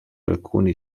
alcuni